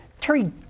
Terry